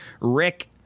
Rick